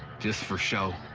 justt for show.